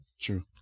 True